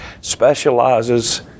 specializes